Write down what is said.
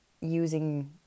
using